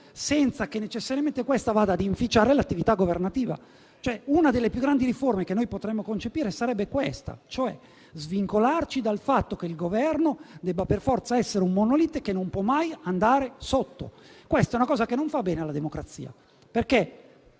senza che necessariamente questa vada ad inficiare l'attività governativa. Una delle più grandi riforme che potremmo concepire sarebbe questa: svincolarci dall'idea che il Governo debba per forza essere un monolite che non può mai subire un voto negativo. È una cosa che non fa bene alla democrazia, perché